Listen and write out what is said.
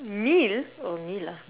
meal oh meal ah